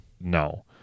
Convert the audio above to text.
No